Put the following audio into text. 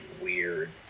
weird